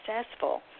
successful